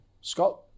Scott